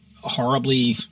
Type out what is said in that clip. horribly